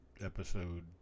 episode